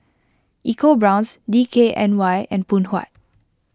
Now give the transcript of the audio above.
EcoBrown's D K N Y and Phoon Huat